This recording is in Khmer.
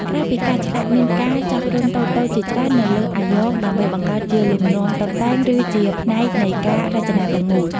ក្រៅពីការឆ្លាក់ មានការចោះរន្ធតូចៗជាច្រើននៅលើអាយ៉ងដើម្បីបង្កើតជាលំនាំតុបតែង ឬជាផ្នែកនៃការរចនាទាំងមូល។